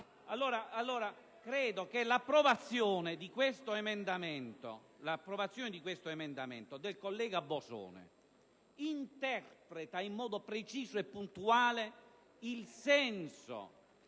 Io credo che l'approvazione dell'emendamento del collega Bosone interpreti in modo preciso e puntuale il senso